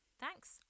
thanks